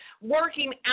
working